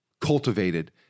cultivated